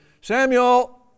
Samuel